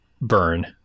burn